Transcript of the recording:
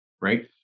right